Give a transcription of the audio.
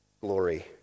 glory